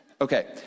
Okay